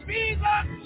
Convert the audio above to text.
Jesus